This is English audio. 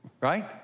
right